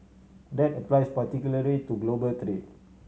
that applies particularly to global trade